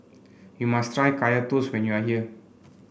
you must try Kaya Toast when you are here